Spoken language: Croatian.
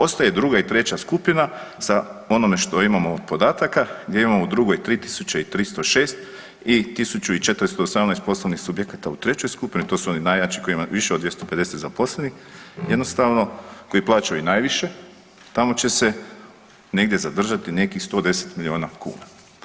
Ostaje 2. i 3. skupina sa onome što imamo od podataka, gdje imamo u drugoj 3 306 i 1 418 poslovnih subjekata u 3. skupini, to su oni najjači koji imaju više od 250 zaposlenih, jednostavno koji plaćaju najviše, tamo će se negdje zadržati nekih 110 milijuna kuna.